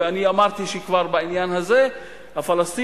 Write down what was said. ואני אמרתי כבר בעניין הזה שהפלסטינים,